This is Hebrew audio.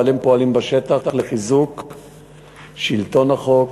אבל הם פועלים בשטח לחיזוק שלטון החוק,